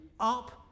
up